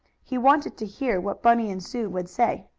he wanted to hear what bunny and sue would say.